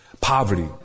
poverty